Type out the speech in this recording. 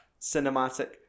Cinematic